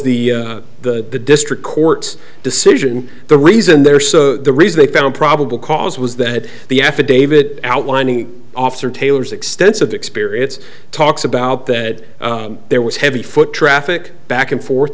the the the district court's decision the reason they're the reason they found probable cause was that the affidavit outlining officer taylor's extensive experience talks about that there was heavy foot traffic back and forth